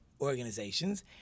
organizations